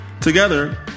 Together